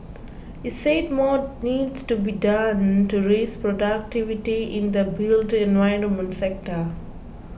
he said more needs to be done to raise productivity in the built environment sector